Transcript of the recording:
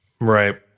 Right